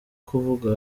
kuvuga